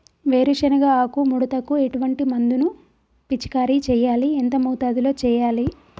వేరుశెనగ ఆకు ముడతకు ఎటువంటి మందును పిచికారీ చెయ్యాలి? ఎంత మోతాదులో చెయ్యాలి?